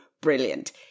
brilliant